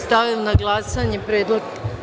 Stavljam na glasanje predlog.